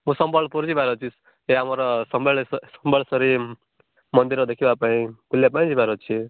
ମୁଁ ସମ୍ବଲପୁର ଯିବାର ଅଛି ଏ ଆମର ସମଲେଶ୍ୱରୀ ସମଲେଶ୍ୱରୀ ମନ୍ଦିର ଦେଖିବା ପାଇଁ ବୁଲିବା ପାଇଁ ଯିବାର ଅଛି